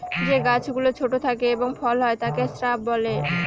যে গাছ গুলো ছোট থাকে এবং ফল হয় তাকে শ্রাব বলে